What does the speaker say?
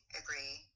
agree